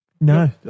No